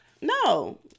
No